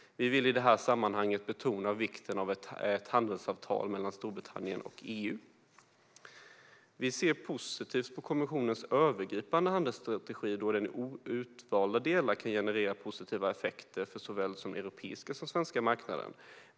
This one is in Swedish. Vi vill i det här sammanhanget därför betona vikten av ett handelsavtal mellan Storbritannien och EU. Vi ser positivt på kommissionens övergripande handelsstrategi, då den i utvalda delar kan generera positiva effekter för såväl den europeiska som den svenska marknaden.